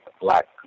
black